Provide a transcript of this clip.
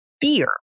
fear